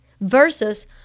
versus